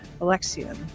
Alexian